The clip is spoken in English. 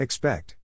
Expect